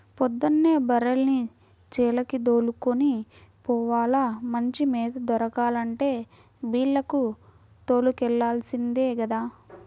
పొద్దున్నే బర్రెల్ని చేలకి దోలుకొని పోవాల, మంచి మేత దొరకాలంటే బీల్లకు తోలుకెల్లాల్సిందే గదా